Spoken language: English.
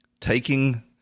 taking